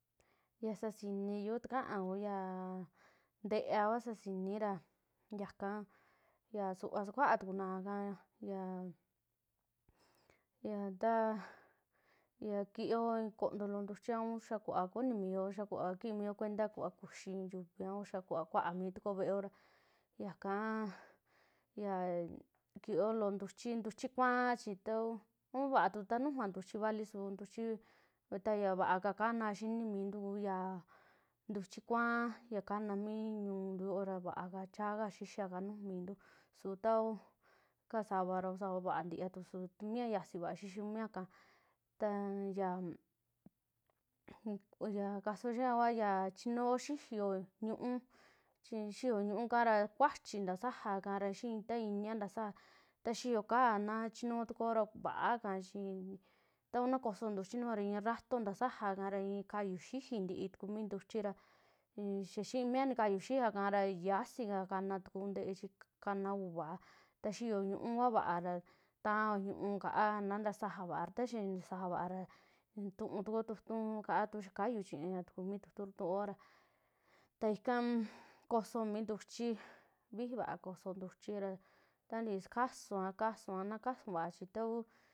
Ya sasiniyuu ntakaa kuyaa nte'eva kua sasinii ra ñaaka ya suvaa sakuaa tukunaaka ya, ya ta kiyoo i'í kontoo loo ntuchi, un xaa kuvaa kunimio xaa kuvaa kiimio kuenta kuxii i'í yuvii, un xaa kuvaa kuaa mii tukuo ve'eo, ra ñakaa ta kioo lo'o ntuchi, ntuchi kuaa chi ta kuu un vaa tu ntanuju va ntuchi vali su ntuchi, ya vaaka kana nuju miintu kuu ntuchi kuaa ya kana mii ñuntuu yoo, vaa chaaka xixiaka nuju miintu, su taku ka sava ra vaa ntivatu su saa mi ya yasii kuu mia ikaa taa ya. a kasao xiaa kua ya chinuuo xiiyo ñu'u chi xiiyo nu'u ika ra kuachi nta sajaa ika ra xii ta iniaa ntasaaja ta xiiyo ka'a na chinnuutukua ra va'â, chi ta ku na kosoo ntuchi nujua ra i'í rato ntasaaja ra i'i kayuu xi'í ntii tuku mi ntuchi, ra xaxii mi ya nikayuxiia kara yaxii a kana tuku mi nte'e chi kaa uva'a ta xi'iyo ñuu kua vaa ra ta taoo ñu'un kaá na ntaa saaja vaâ, ra ntaa xaa nta saaja vaa ra tu'u tukoo tu'tu kaâ tu xaa kayuu chiaa tuku mi tu'tu tuoo ta ika kosoo mi ntuchi, vijii vaa kosoo ntuchi ra ntantii sakusuoa. kasua. na kasuun vaa su ta kuu.